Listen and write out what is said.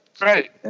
Right